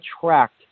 tracked